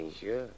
Sure